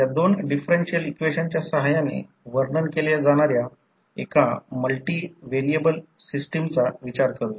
याचा अर्थ I1 N1 N2 I2 म्हणजे I1 आणि I2 तेथे अँटी फेजमध्ये असेल